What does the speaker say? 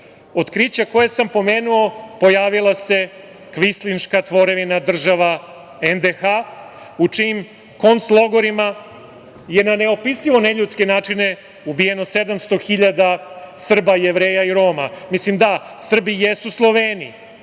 otkrića koja sam pomenuo pojavila se kvislinška tvorevina država NDH, u čijim konclogorima je na neopisivo neljudske načine ubijeno 700.000 Srba, Jevreja i Roma. Mislim da, Srbi jesu Sloveni.